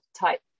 type